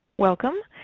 welcome.